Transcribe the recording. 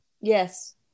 Yes